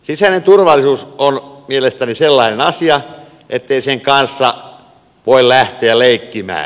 sisäinen turvallisuus on mielestäni sellainen asia ettei sen kanssa voi lähteä leikkimään